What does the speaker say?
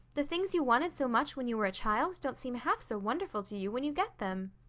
the things you wanted so much when you were a child don't seem half so wonderful to you when you get them.